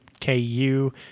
KU